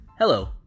Hello